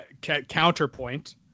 counterpoint